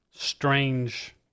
Strange